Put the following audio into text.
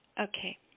okay